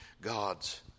God's